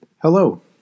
Hello